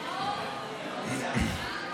ערך